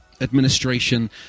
administration